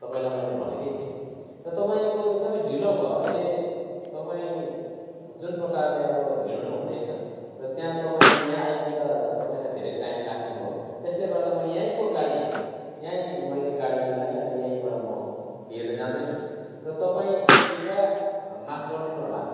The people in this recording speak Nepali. तपाईँलाई मैले भनेकै थिएँ तपाईँको एकदमै ढिलो भयो अहिले तपाईँ जुन प्रकारले अब हिँड्नु हुँदैछ र त्यहाँ तपाईँ यहाँ आइपुग्दा तपाईँलाई धेरै टाइम लाग्ने भयो त्यसले गर्दा म यहीँको गाडी यहीँ मैले गाडी मिलाएँ र यहीँबाट म लिएर जाँदैछु तपाईँ कृपया माफ गरिदिनु होला